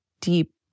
deep